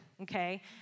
Okay